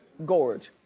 gorg.